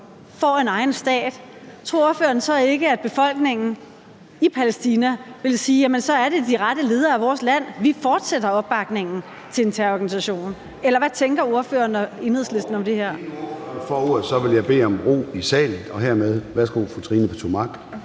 får en egen stat, tror ordføreren så ikke, at befolkningen i Palæstina vil sige: Jamen så er det de rette ledere af vores land, og vi fortsætter opbakningen til en terrororganisation? Eller hvad tænker ordføreren og Enhedslisten om det her? Kl. 14:06 Formanden (Søren Gade): Inden ordføreren